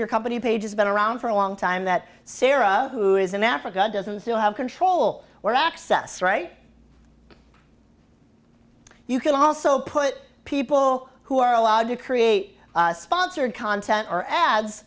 your company pages been around for a long time that sarah who is in africa doesn't have control or access right you can also put people who are allowed to create sponsored content or ads